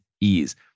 ease